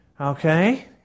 Okay